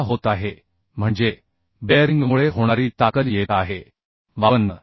15 होत आहे म्हणजे बेअरिंगमुळे होणारी ताकद येत आहे 52